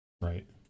right